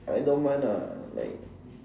I don't mind ah like